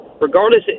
Regardless